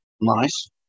nice